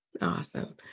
Awesome